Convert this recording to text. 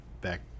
back